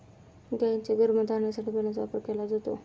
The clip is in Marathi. गायींच्या गर्भधारणेसाठी बैलाचा वापर केला जातो